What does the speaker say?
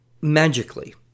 magically